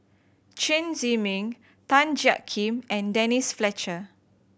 Chen Zhiming Tan Jiak Kim and Denise Fletcher